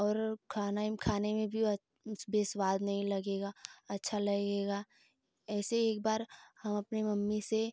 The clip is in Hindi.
और खाने में खाने में भी वो अच्छ बेस्वाद नहीं लगेगा अच्छा लगेगा ऐसे एक बार हम अपने मम्मी से